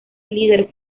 líder